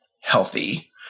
healthy